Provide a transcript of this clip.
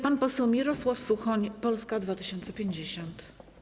Pan poseł Mirosław Suchoń, Polska 2050.